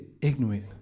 ignorant